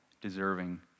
deserving